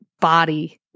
body